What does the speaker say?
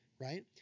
right